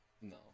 No